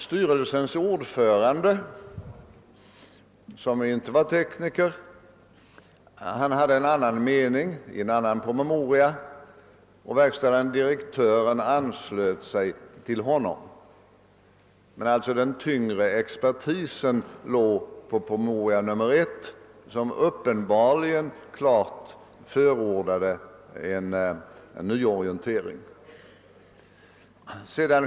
Styrelsens ordförande, som inte var tekniker, framförde i en promemoria en annan mening, och verkställande direktören anslöt sig till honom. Den tyngre expertisen stod emellertid, såsom nämnts, bakom den förstnämnda promemorian där en nyorientering klart förordades.